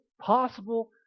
possible